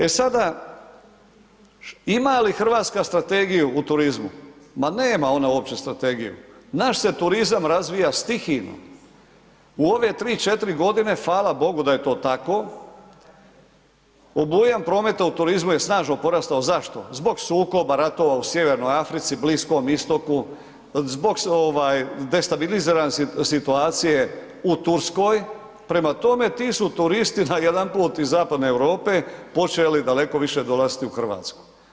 E sada, ima li Hrvatska strategiju u turizmu, ma nema ona uopće strategiju, naš se turizam razvija stihijno u ove 3, 4 godine, hvala bogu da je to tako, obujam prometa u turizmu je snažno porastao, zašto, zbog sukoba ratova u Sjevernoj Africi, Bliskom Istoku, zbog destabilizirane situacije u Turskoj, prema tome ti su turisti najedanput iz Zapadne Europe počeli daleko više dolaziti u Hrvatsku.